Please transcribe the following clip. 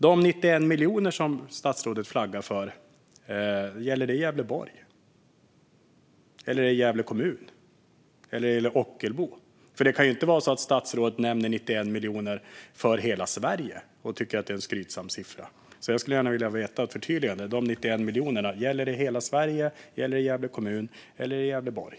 De 91 miljoner som statsrådet flaggar för, gäller de Gävleborg, Gävle kommun eller Ockelbo? För det kan väl inte vara så att statsrådet nämner 91 miljoner för hela Sverige och tycker att det är en siffra att skryta med? Jag skulle gärna vilja ha ett förtydligande. Gäller siffran hela Sverige, Gävle kommun eller Gävleborg?